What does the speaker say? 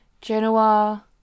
Genoa